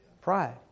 Pride